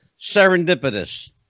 serendipitous